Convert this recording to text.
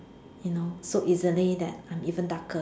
you know so easily that I'm even darker